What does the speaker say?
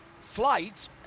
flight